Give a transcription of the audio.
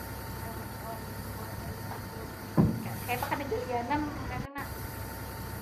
Nah ya kalo mbari muarnya lipas tu. kayapa kada galianan kaytu nah?